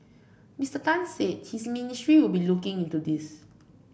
Mister Tan said his ministry will be looking into this